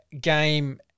game